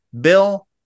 Bill